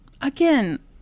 again